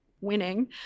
winning